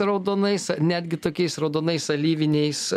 raudonais netgi tokiais raudonais alyviniais